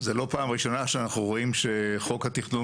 זאת לא פעם ראשונה שאנחנו רואים שחוק התכנון